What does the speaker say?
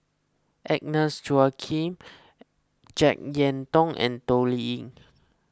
Agnes Joaquim Jek Yeun Thong and Toh Liying